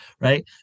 right